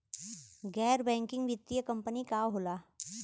गैर बैकिंग वित्तीय कंपनी का होला?